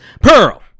Pearl